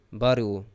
baru